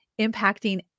impacting